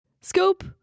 scope